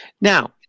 Now